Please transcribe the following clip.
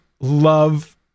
love